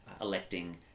electing